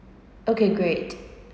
okay good